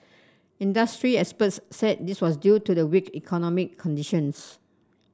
industry experts said this was due to the weak economic conditions